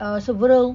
uh several